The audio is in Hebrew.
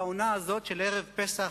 בעונה הזו של ערב פסח,